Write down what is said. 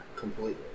completely